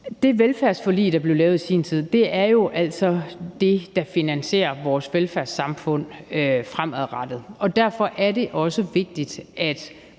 Det velfærdsforlig, der blev lavet i sin tid, er jo altså det, der finansierer vores velfærdssamfund fremadrettet, og derfor er det også vigtigt, at